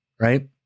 right